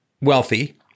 wealthy